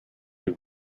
you